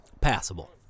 Passable